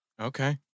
Okay